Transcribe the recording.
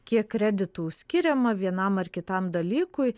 kiek kreditų skiriama vienam ar kitam dalykui